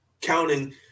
counting